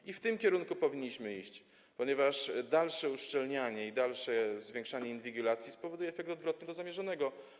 I w tym kierunku powinniśmy iść, ponieważ dalsze uszczelnianie i dalsze zwiększanie inwigilacji spowoduje efekt odwrotny do zamierzonego.